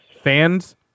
fans